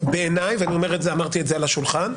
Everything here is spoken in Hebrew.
בעיניי ואמרתי את זה על השולחן,